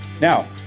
Now